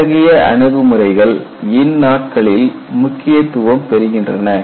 இத்தகைய அணுகுமுறைகள் இந்நாட்களில் முக்கியத்துவம் பெறுகின்றன